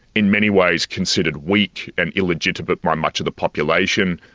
in many ways considered weak and illegitimate by much of the population,